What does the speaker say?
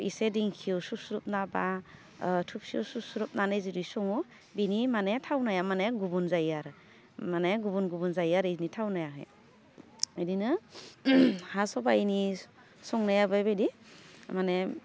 इसे दिंखियाव सुस्रुबनाबा थुबसियाव सुस्रुबनानै जुदि सङो बिनि माने थावनाया माने गुबुन जायो आरो माने गुबुन गुबुन जायो आरो बिनि थावनायाहाय बिदिनो हा सबाइनि संनाया बेबायदि माने